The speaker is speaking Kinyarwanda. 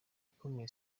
akomeye